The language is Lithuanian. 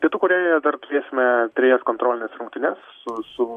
pietų korėjoje dar turėsime trejas kontrolines rungtynes su su